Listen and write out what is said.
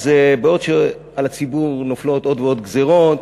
אז בעוד שעל הציבור נופלות עוד ועוד גזירות,